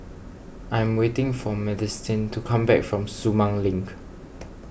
I am waiting for Madisyn to come back from Sumang Link